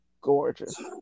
gorgeous